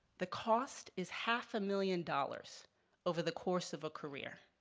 the cost is half a million dollars over the course of a career.